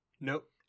Nope